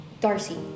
Darcy